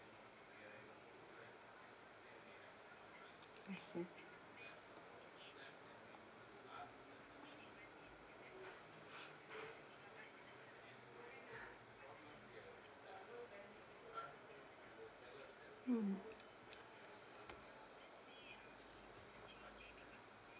I see mmhmm